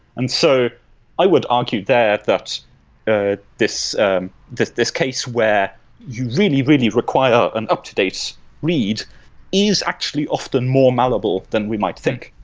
and so i would argue there that ah this that this case where you really, really require an up-to-date read is actually often more malleable than we might think.